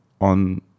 on